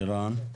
לירן?